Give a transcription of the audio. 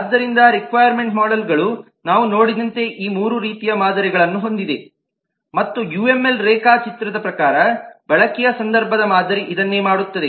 ಆದ್ದರಿಂದ ರಿಕ್ವಾಯ್ರ್ಮೆಂಟ್ ಮೋಡೆಲ್ಗಳು ನಾವು ನೋಡಿದಂತೆ ಈ 3 ರೀತಿಯ ಮಾದರಿಗಳನ್ನು ಹೊಂದಿವೆ ಮತ್ತು ಯುಎಂಎಲ್ ರೇಖಾಚಿತ್ರದ ಪ್ರಕಾರ ಬಳಕೆಯ ಸಂದರ್ಭದ ಮಾದರಿ ಇದನ್ನೇ ಮಾಡುತ್ತದೆ